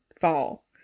fall